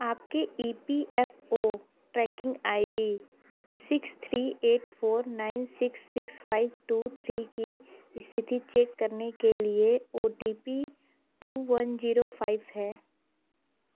आपके E P F O tracking I D six three eight four nine six six five two three की स्थिति check करने के लिए O T P two one zero five है